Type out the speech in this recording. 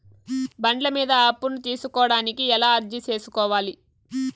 బండ్ల మీద అప్పును తీసుకోడానికి ఎలా అర్జీ సేసుకోవాలి?